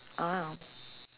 ah